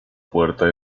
puerta